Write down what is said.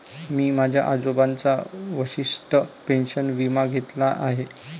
मी माझ्या आजोबांचा वशिष्ठ पेन्शन विमा घेतला आहे